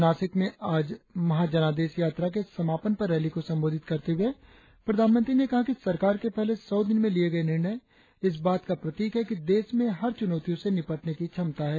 नासिक में आज महाजनादेश यात्रा के समापन पर रैली को संबोधित करते हुए प्रधानमंत्री ने कहा कि सरकार के पहले सौ दिन में लिये गए निर्णय इस बात का प्रतीक है कि देश में हर चुनौतियों से निपटने की क्षमता है